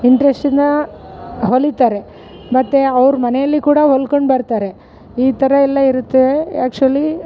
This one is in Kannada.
ಇಂಟ್ರೆಸ್ಟ್ಯಿಂದ ಹೊಲಿತಾರೆ ಮತ್ತು ಅವ್ರ ಮನೇಲಿ ಕೂಡ ಹೊಲ್ಕೊಂಡು ಬರ್ತಾರೆ ಈ ಥರ ಎಲ್ಲ ಇರುತ್ತೆ ಆ್ಯಕ್ಚುಲಿ